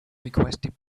requested